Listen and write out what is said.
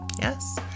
Yes